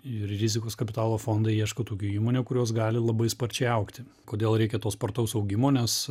ir rizikos kapitalo fondai ieško tokių įmonių kurios gali labai sparčiai augti kodėl reikia to spartaus augimo nes